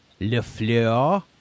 LeFleur